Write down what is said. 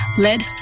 led